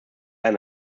ein